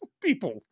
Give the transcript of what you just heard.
people